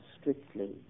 strictly